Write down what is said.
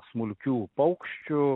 smulkių paukščių